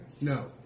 No